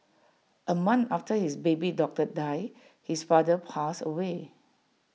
A month after his baby daughter died his father passed away